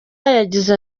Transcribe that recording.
yagize